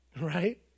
right